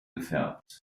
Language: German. gefärbt